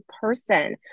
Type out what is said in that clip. person